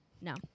No